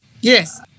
Yes